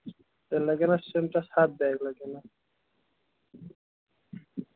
تیٚلہِ لَگن اَتھ سِمٹَس ہَتھ بیگ لَگن